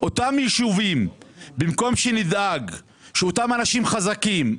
במקום שנדאג שאנשים חזקים,